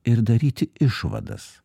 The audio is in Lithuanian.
ir daryti išvadas